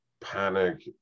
panic